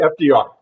FDR